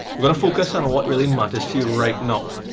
but focus on what really matters to you right now.